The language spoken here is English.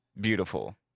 beautiful